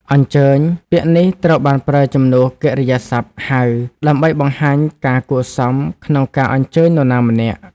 អញ្ជើញ ពាក្យនេះត្រូវបានប្រើជំនួសកិរិយាសព្ទ ហៅ ដើម្បីបង្ហាញការគួរសមក្នុងការអញ្ជើញនរណាម្នាក់។